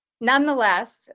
nonetheless